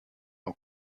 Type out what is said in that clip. auch